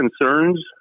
concerns